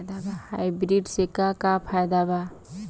Hybrid से का का फायदा बा?